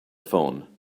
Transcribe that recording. phone